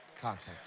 context